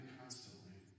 constantly